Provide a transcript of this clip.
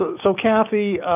so, kathy,